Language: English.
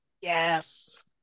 yes